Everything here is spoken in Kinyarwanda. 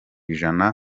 ijana